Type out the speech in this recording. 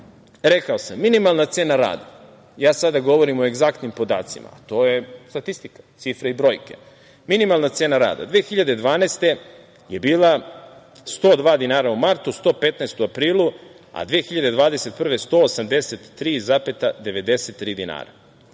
rekao sam, minimalna cena rada, sada govorim o egzaktnim podacima, to je statistika, cifre i brojke. Minimalna cena rada 2012. godine je bila 102 dinara u martu, 115 u aprilu, a 2021. godine 183,93 dinara.